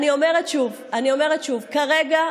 אני אומרת שוב: כרגע,